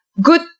good